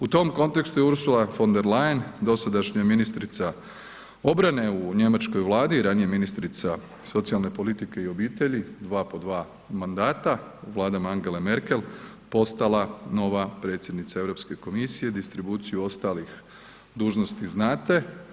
U tom kontekstu je Ursula von der Leyen, dosadašnja ministrica obrane u Njemačkoj Vladi, ranije ministrica socijalne politike i obitelji, dva po dva mandata u Vladi Angele Merkel postala nova predsjednica Europske komisije, distribuciju ostalih dužnosti znate.